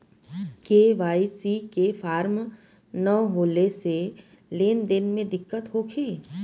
KYC के form न होले से लेन देन में दिक्कत होखी?